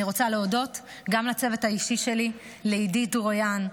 אני רוצה להודות גם לצוות האישי שלי: לאידית דוריאן,